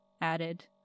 added